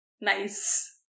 Nice